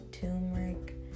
turmeric